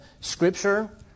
Scripture